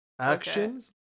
actions